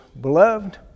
Beloved